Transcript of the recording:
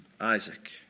Isaac